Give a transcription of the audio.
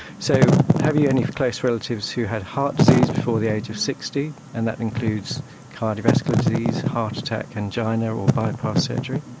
so have you any close relatives who had heart disease before the age of sixty? and that includes cardiovascular disease, heart attack, angina or bypass surgery.